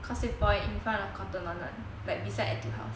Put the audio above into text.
causeway point in front of Cotton On [one] like beside Etude House